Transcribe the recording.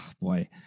boy